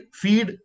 feed